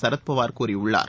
ஷரத் பவார் கூறியுள்ளார்